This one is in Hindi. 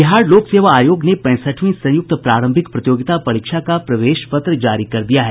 बिहार लोक सेवा आयोग ने पैंसठवीं संयुक्त प्रारंभिक प्रतियोगिता परीक्षा का प्रवेश पत्र जारी कर दिया है